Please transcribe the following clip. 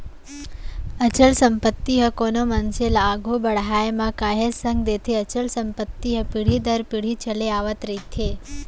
अचल संपत्ति ह कोनो मनसे ल आघू बड़हाय म काहेच संग देथे अचल संपत्ति ह पीढ़ी दर पीढ़ी चले आवत रहिथे